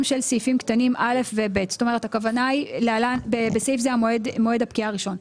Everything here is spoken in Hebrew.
של סעיפים קטנים (א) ו-(ב) (בסעיף זה - מועד הפקיעה הראשון).